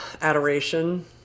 Adoration